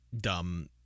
dumb